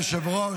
אדוני היושב-ראש,